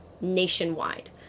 nationwide